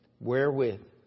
wherewith